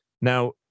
Now